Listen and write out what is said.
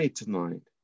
tonight